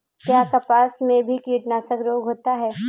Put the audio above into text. क्या कपास में भी कीटनाशक रोग होता है?